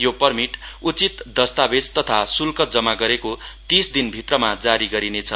यो पर्मिट उचित दस्तावेज तथा श्ल्क जमा गरेको तीस दिन भित्रमा जारी गरिनेछ